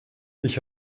ich